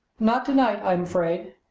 not to-night, i am afraid.